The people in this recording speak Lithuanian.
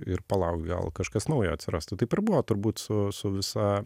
ir palauk gal kažkas naujo atsirastų taip ir buvo turbūt su su visa